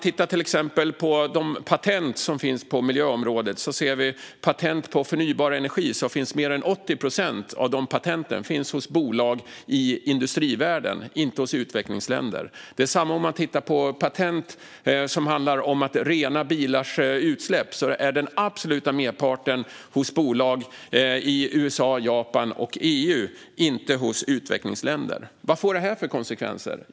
Låt oss se på de patent som finns på miljöområdet. När det gäller patent för förnybar energi finns mer än 80 procent av de patenten hos bolag i industrivärlden, inte hos utvecklingsländerna. Detsamma gäller patent för sätt att rena bilars utsläpp - den absoluta merparten finns hos bolag i USA, Japan och EU, inte i utvecklingsländer. Vad får detta för konsekvenser?